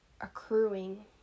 accruing